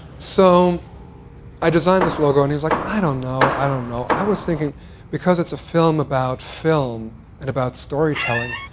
so i designed this logo, and he's like, i don't know. i don't know. i was thinking because it's a film about film and about storytelling,